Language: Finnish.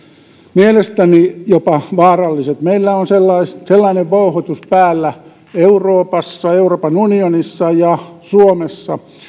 mielestäni jopa vaaralliset meillä on sellainen vouhotus päällä euroopassa euroopan unionissa ja suomessa